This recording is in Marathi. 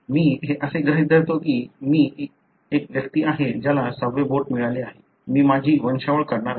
मी हे असे गृहीत धरतो की मी एक व्यक्ती आहे ज्याला सहावे बोट मिळाले आहे मी माझी वंशावळ काढणार आहे